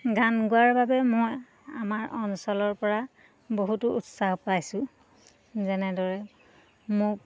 গান গোৱাৰ বাবে মই আমাৰ অঞ্চলৰ পৰা বহুতো উৎসাহ পাইছোঁ যেনেদৰে মোক